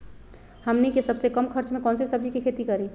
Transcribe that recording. हमनी के सबसे कम खर्च में कौन से सब्जी के खेती करी?